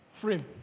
Frame